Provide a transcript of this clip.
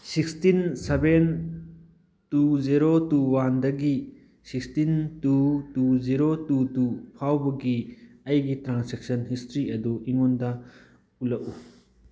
sixteen seven two zero two ꯋꯥꯟꯗꯒꯤ sixteen two two zero two two ꯐꯥꯎꯕꯒꯤ ꯑꯩꯒꯤ transaction history ꯑꯗꯨ ꯑꯩꯉꯣꯟꯗ ꯎꯠꯂꯛꯎ